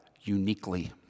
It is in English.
uniquely